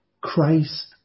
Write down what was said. Christ